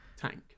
tank